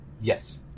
Yes